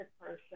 person